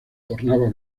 tornaba